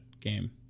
game